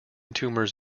tumors